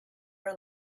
were